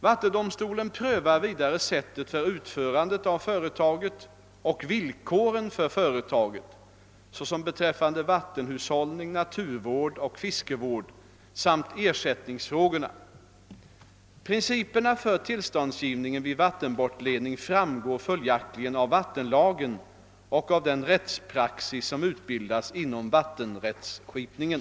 Vattendomstolen prövar vidare sättet för utförande av företaget och villkoren för företaget — såsom beträffande vattenhushållning, naturvård och fiskevård — samt ersättningsfrågorna. Principerna för tillståndsgivningen vid vattenbortledning framgår följaktligen av vat tenlagen och av den rättspraxis som utbildats inom vattenrättsskipningen.